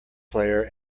player